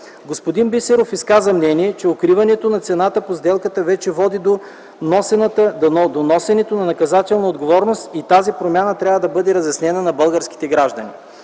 Господин Бисеров изказа мнение, че укриването на цената по сделката вече води до носенето на наказателна отговорност и тази промяна трябва да бъде разяснена на българските граждани.